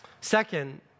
Second